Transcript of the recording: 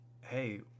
hey